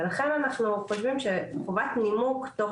ולכן אנחנו חושבים שחובת נימוק תוך